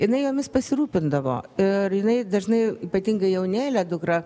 jinai jomis pasirūpindavo ir jinai dažnai ypatingai jaunėlė dukra